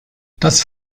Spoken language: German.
das